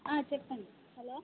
ఆ చెప్పండి హలో